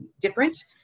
different